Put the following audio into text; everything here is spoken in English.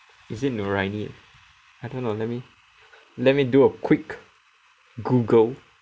is it noorani I don't know let me let me do a quick Google